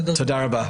תודה רבה.